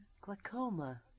Glaucoma